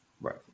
Right